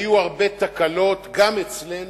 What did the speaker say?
היו הרבה תקלות, גם אצלנו,